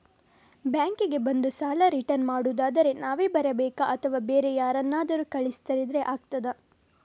Bank ಗೆ ಬಂದು ಸಾಲ ರಿಟರ್ನ್ ಮಾಡುದಾದ್ರೆ ನಾವೇ ಬರ್ಬೇಕಾ ಅಥವಾ ಬೇರೆ ಯಾರನ್ನಾದ್ರೂ ಕಳಿಸಿದ್ರೆ ಆಗ್ತದಾ?